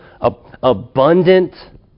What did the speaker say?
abundant